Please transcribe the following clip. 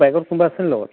বাইকত কোনোবা আছে নেকি লগত